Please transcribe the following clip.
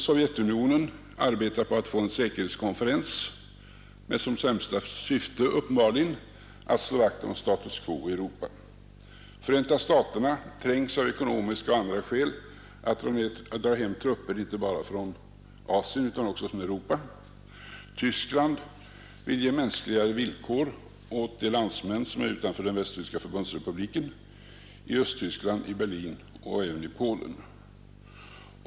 Sovjetunionen arbetar på att få till stånd en säkerhetskonferens, uppenbarligen med det främsta syftet att slå vakt om status quo i Europa. Förenta staterna tvingas av ekonomiska och andra skäl att dra hem trupper inte bara från Asien utan även från Europa. Västtyskland vill ge mänskligare villkor åt de landsmän som finns utanför den västtyska förbundsrepubliken, alltså i Östtyskland, i Berlin och även i Polen.